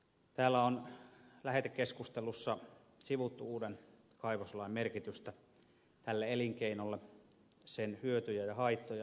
täällä on lähetekeskustelussa sivuttu uuden kaivoslain merkitystä tälle elinkeinolle sen hyötyjä ja haittoja